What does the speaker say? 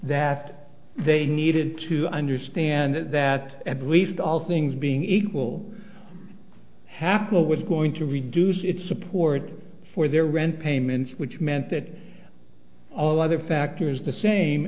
that they needed to understand that at least all things being equal hafele was going to reduce its support for their rent payments which meant that all other factors the same